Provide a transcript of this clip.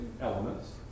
elements